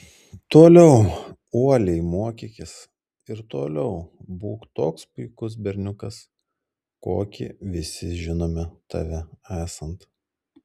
toliau uoliai mokykis ir toliau būk toks puikus berniukas kokį visi žinome tave esant